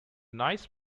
nice